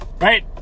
Right